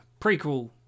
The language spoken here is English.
prequel